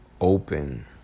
open